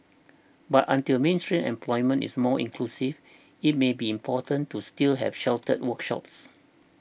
but until mainstream employment is more inclusive it may be important to still have sheltered workshops